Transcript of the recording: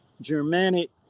Germanic